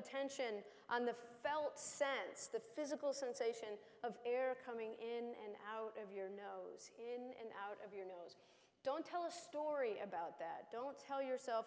attention on the felt sense the physical sensation of air coming in and out of your know in and out of your nose don't tell a story about that don't tell yourself